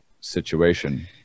situation